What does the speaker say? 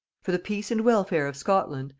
for the peace and welfare of scotland,